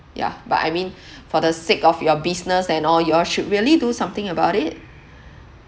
yeah but I mean for the sake of your business and all you all should really do something about it